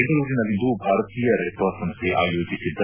ಬೆಂಗಳೂರಿನಲ್ಲಿಂದು ಭಾರತೀಯ Red Cross ಸಂಸ್ಥೆ ಆಯೋಜಿಸಿದ್ದ